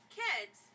kids